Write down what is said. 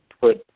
put